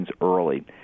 early –